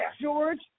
George